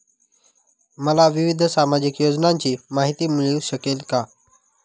मला विविध सामाजिक योजनांची माहिती मिळू शकेल का?